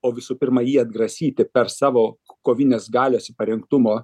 o visų pirma jį atgrasyti per savo kovinės galios parengtumo